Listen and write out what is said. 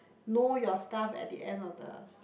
know your stuff at the end of the